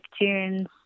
tunes